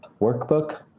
workbook